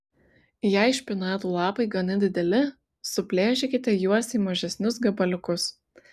jei špinatų lapai gana dideli suplėšykite juos į mažesnius gabaliukus